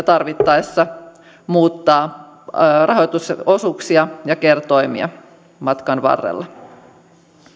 tarvittaessa muuttaa rahoitusosuuksia ja kertoimia matkan varrella